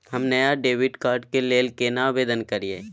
हम नया debit card के लेल केना आवेदन करियै?